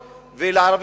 רק ליהודים מותר לבנות,